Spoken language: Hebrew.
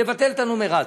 לבטל את הנומרטור.